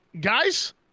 Guys